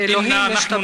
ואלוהים,